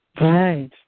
right